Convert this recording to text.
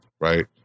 right